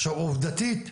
עכשיו, עובדתית,